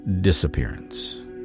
disappearance